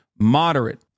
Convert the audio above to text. moderate